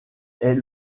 est